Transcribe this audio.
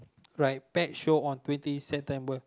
write pet shop on twenty September